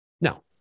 No